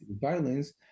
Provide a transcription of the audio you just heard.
violence